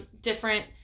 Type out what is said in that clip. different